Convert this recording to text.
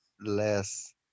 less